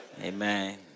amen